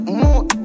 more